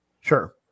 Sure